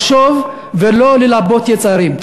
לחשוב ולא ללבות יצרים.